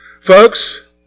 Folks